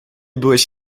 byłeś